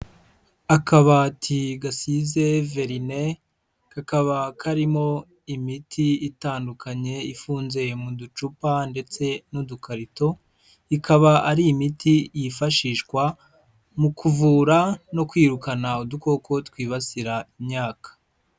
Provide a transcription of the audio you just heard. Akabati gasize verine, kakaba karimo imiti itandukanye ifunze mu ducupa ndetse n'udukarito, ikaba ari imiti yifashishwa mu kuvura no kwirukana udukoko twibasira imyaka.